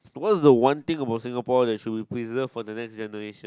what's the one thing about Singapore that should be preserved for the next generation